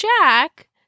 jack